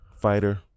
fighter